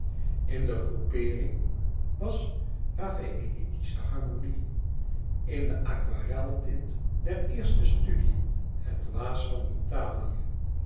in de groepeering was rafaëlitische harmonie in de aquareltint der eerste studiën het waas van italië